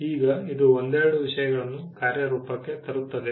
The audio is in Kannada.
ಈಗ ಇದು ಒಂದೆರಡು ವಿಷಯಗಳನ್ನು ಕಾರ್ಯರೂಪಕ್ಕೆ ತರುತ್ತದೆ